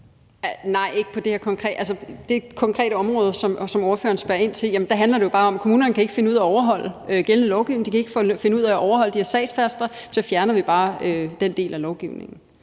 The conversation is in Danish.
Kl. 23:41 Mette Thiesen (DF): På det konkrete område, som ordføreren spørger ind til, handler det jo bare om, at kommunerne ikke kan finde ud af at overholde gældende lovgivning. De kan ikke finde ud af at overholde de her frister, og så fjerner vi bare den del af lovgivningen.